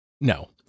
No